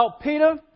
Peter